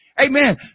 Amen